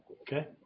Okay